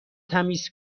تمیز